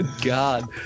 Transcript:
God